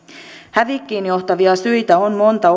hävikkiin johtavia syitä on monta